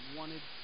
wanted